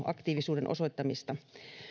aktiivisuuden osoittamista on laajennettu